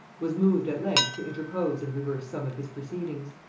was moved at length to interpose and reverse some of his proceedings.